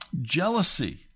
jealousy